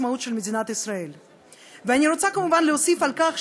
ואני יודעת כמה גם אתה ברגשות מעורבים.